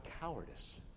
cowardice